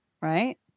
right